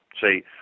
see